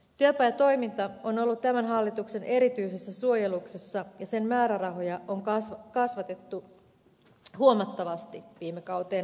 työpajatoiminta on ollut tämän hallituksen erityisessä suojeluksessa ja sen määrärahoja on kasvatettu huomattavasti viime kauteen verrattuna